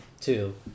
two